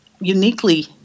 Uniquely